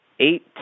eight